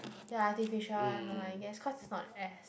ya artificial one no I guess cause it's not add